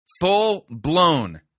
full-blown